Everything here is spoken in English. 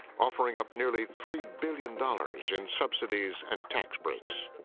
offering up nearly three billion dollars in subsidies and tax breaks.